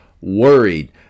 worried